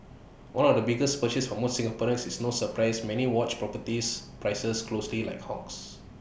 one of the biggest purchase for most Singaporeans it's no surprise many watch properties prices closely like hawks